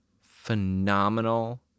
phenomenal